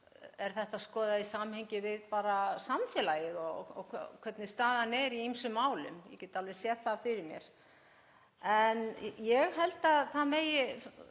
er þetta skoðað í samhengi við samfélagið og hvernig staðan er í ýmsum málum, ég get alveg séð það fyrir mér. En ég held að það megi